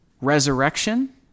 resurrection